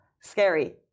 Scary